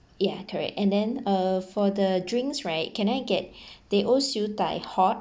yeah correct and then uh for the drinks right can I get teh o siew dai hot